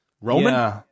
roman